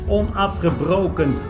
onafgebroken